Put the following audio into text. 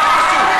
אמרה משהו,